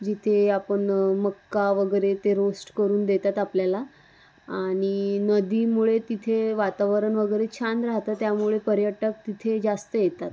जिथे आपण मक्का वगैरे ते रोस्ट करून देतात आपल्याला आणि नदीमुळे तिथे वातावरण वगैरे छान राहतं त्यामुळे पर्यटक तिथे जास्त येतात